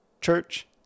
Church